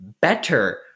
better